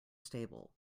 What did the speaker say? stable